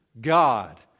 God